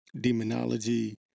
demonology